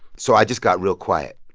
so i just got real quiet.